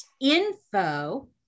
info